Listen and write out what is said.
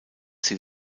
sie